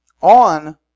On